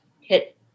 hit